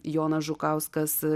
jonas žukauskas